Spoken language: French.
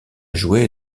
joué